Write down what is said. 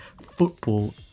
football